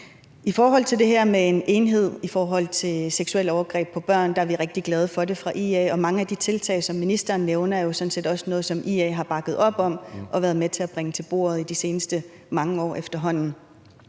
I forhold til det her med en enhed, der skal have fokus på seksuelle overgreb på børn, så er det noget, vi er rigtig glade for fra IA's side, og mange af de tiltag, som ministeren nævner, er jo sådan set også noget, som IA har bakket op om og været med til at bringe til bordet de seneste mange år efterhånden.